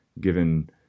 given